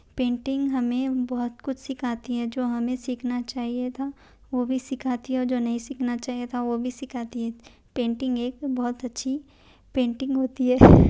painting ہمیں بہت کچھ سیکھاتی ہے جو ہمیں سیکھنا چاہیے تھا وہ بھی سیکھاتی ہے اور جو نہیں سیکھنا چاہیے تھا وہ سیکھاتی ہے پینٹنگ ایک بہت اچھی پینٹنگ ہوتی ہے